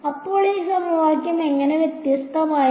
അപ്പോൾ ഈ സമവാക്യം എങ്ങനെ വ്യത്യസ്തമായിരിക്കും